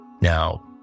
Now